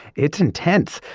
it's intense!